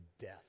death